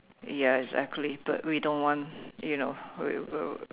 ya exactly but we don't want you know we will